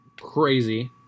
crazy